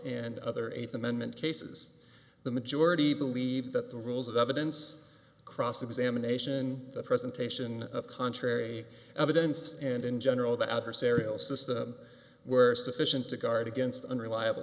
and other eighth amendment cases the majority believe that the rules of evidence cross examination presentation of contrary evidence and in general the adversarial system were sufficient to guard against unreliable